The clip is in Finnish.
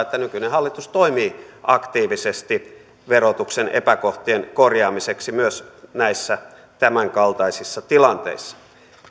että nykyinen hallitus toimii aktiivisesti verotuksen epäkohtien korjaamiseksi myös näissä tämänkaltaisissa tilanteissa